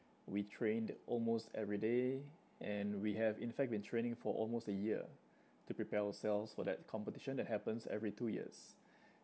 we trained almost every day and we have in fact been training for almost a year to prepare ourselves for that competition that happens every two years